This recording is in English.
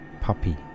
puppy